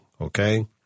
Okay